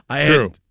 True